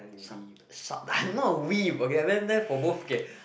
I'm not a and then that for both okay